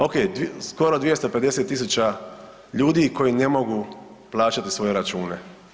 Okej, skoro 250.000 ljudi koji ne mogu plaćati svoje račune.